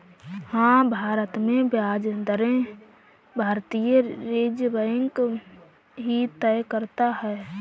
हाँ, भारत में ब्याज दरें भारतीय रिज़र्व बैंक ही तय करता है